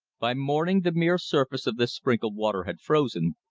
by morning the mere surface of this sprinkled water had frozen,